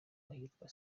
ahitwa